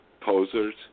posers